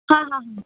हा हा हा